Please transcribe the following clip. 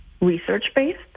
research-based